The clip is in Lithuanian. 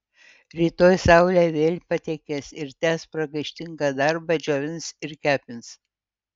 rytoj saulė vėl patekės ir tęs pragaištingą darbą džiovins ir kepins